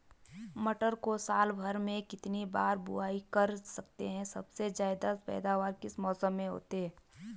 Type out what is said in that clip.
मटर को साल भर में कितनी बार बुआई कर सकते हैं सबसे ज़्यादा पैदावार किस मौसम में होती है?